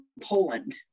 Poland